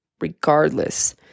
regardless